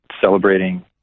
celebrating